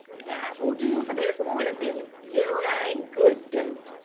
that will do for this morning, billy, you are a good goat,